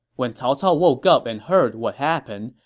when cao cao woke up and heard what happened,